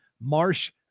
Marsh